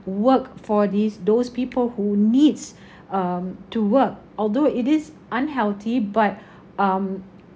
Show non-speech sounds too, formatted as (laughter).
work for these those people who needs (breath) um to work although it is unhealthy but (breath) um